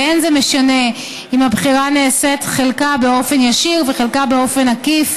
ואין זה משנה אם הבחירה נעשית חלקה באופן ישיר וחלקה באופן עקיף,